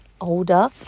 older